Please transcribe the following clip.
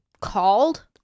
called